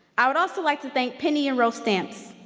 i would also like to thank penny and roe stamps.